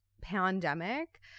pandemic